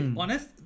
honest